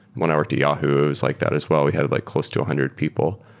when i worked at yahoo, it's like that as well. we had like close to a hundred people.